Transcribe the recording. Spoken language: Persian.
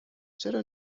چرا